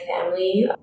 family